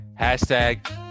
hashtag